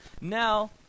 now